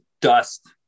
Dust